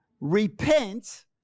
Repent